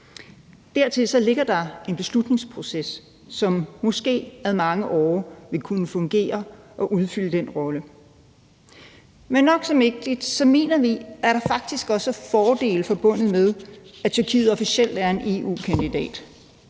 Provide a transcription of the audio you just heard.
Dertil ligger der en beslutningsproces, som måske ad åre vil kunne fungere og udfylde den rolle, men nok så vigtigt mener vi, at der faktisk også er fordele forbundet med, at Tyrkiet officielt er en EU-kandidat.